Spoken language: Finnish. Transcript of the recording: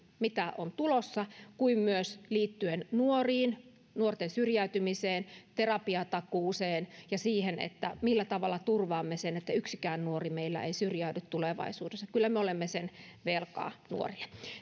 mitä on tulossa kuin myös liittyen nuoriin nuorten syrjäytymiseen terapiatakuuseen ja siihen että millä tavalla turvaamme sen että yksikään nuori meillä ei syrjäydy tulevaisuudessa kyllä me olemme sen velkaa nuorille